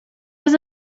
was